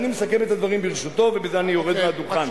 אני מסכם, ברשותו, ובזה אני יורד מהדוכן.